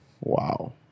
wow